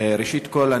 ראשית כול,